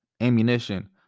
ammunition